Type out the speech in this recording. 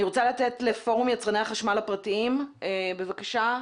אני רוצה לתת לפורום יצרני החשמל הפרטיים, בבקשה.